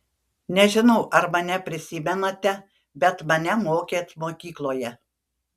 nežinau ar mane prisimenate bet mane mokėt mokykloje